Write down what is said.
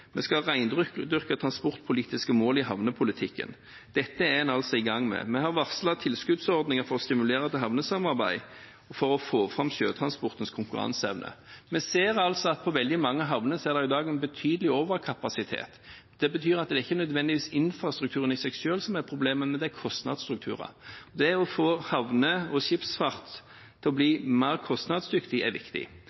Vi skal rendyrke transportpolitiske mål i havnepolitikken. Dette er en i gang med. Vi har varslet tilskuddsordninger for å stimulere til havnesamarbeid for å få fram sjøtransportens konkurranseevne. Vi ser at i veldig mange havner er det i dag en betydelig overkapasitet. Det betyr at det ikke nødvendigvis er infrastrukturen i seg selv som er problemet, men det er kostnadsstrukturer. Det å få havner og skipsfart til å bli mer kostnadsdyktig er viktig.